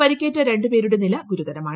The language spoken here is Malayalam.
പരിക്കേറ്റ രണ്ട് പേരുടെ നില ഗുരുതരമാണ്